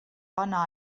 bona